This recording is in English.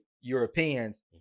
Europeans